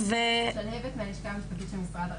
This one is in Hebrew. שלהבת מהלשכה המשפטית של משרד הרווחה.